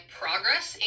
progress